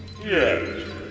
Yes